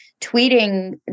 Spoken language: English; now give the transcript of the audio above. tweeting